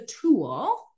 tool